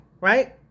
Right